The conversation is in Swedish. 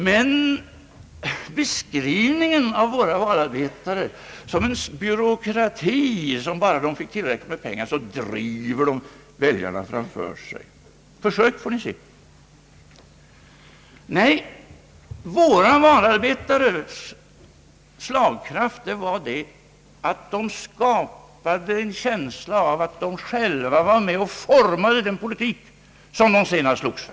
Men här beskriver man våra valarbetare som en byråkrati, som bara den fick tillräckligt med pengar driver väljarna framför sig. Försök får ni se! Nej, våra valarbetares slagkraft berodde på att vi kunde skapa en känsla av att de själva var med och formade den politik som de sedan slogs för.